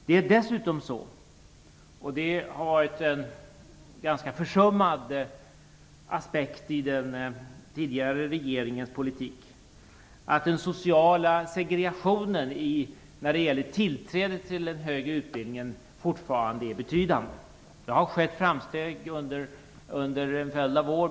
Det är dessutom så - och det har varit en ganska försummad aspekt i den tidigare regeringens politik - att den sociala segregationen i tillträdet till den högre utbildningen fortfarade är betydande. Det har skett framsteg under en följd av år.